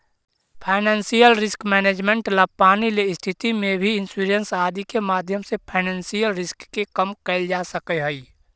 financial risk management ला पानी ले स्थिति में भी इंश्योरेंस आदि के माध्यम से फाइनेंशियल रिस्क के कम कैल जा सकऽ हई